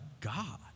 God